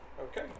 Okay